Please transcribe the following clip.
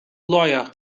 lawyer